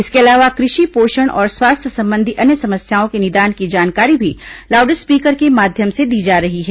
इसके अलावा कृषि पोषण और स्वास्थ्य संबंधी अन्य समस्याओं के निदान की जानकारी भी लाउड स्पीकर के माध्यम से दी जा रही है